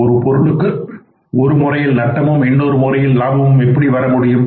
ஒரு பொருளுக்கு ஒரு முறையில் நட்டமும் இன்னொரு முறையில் லாபமும் எப்படி வரமுடியும்